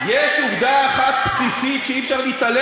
יש הבדל בין לגרש לבין,